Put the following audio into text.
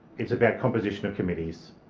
it's about composition of committees,